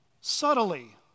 subtly